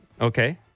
okay